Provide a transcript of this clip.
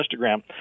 Instagram